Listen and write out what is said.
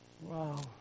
Wow